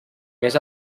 més